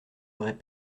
aurait